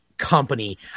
company